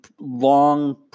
long